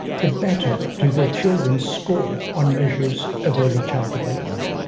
the better do their children score on measures of early child development.